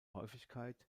häufigkeit